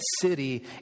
city